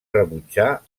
rebutjar